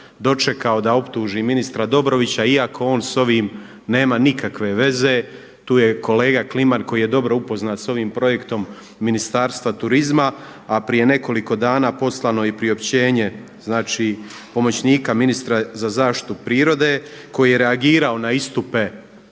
dočekao da optuži ministra Dobrovića iako on s ovim nema nikakve veze. Tu je kolega Kliman koji je dobro upoznat sa ovim projektom Ministarstva turizma. A prije nekoliko dana poslano je i priopćenje, znači pomoćnika ministra za zaštitu prirode koji je reagirao na istupe